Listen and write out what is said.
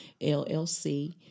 LLC